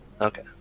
okay